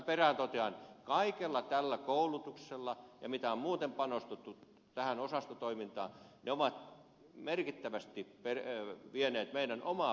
kaikki tämä koulutus ja muu mitä on muuten panostettu tähän osastotoimintaan on merkittävästi vienyt meidän omaa puolustusvalmiuttamme eteenpäin